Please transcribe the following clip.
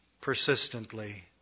persistently